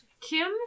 Kim